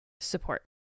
support